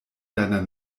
deiner